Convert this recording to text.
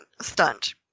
stunt